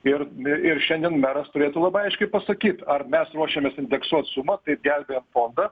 ir ir šiandien meras turėtų labai aiškiai pasakyt ar mes ruošiamės indeksuot sumą kaip gelbėjam fondą